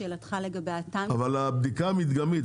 אבל הבדיקה המדגמית,